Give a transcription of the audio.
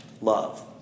love